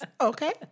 Okay